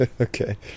Okay